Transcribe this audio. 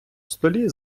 столі